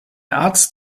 arzt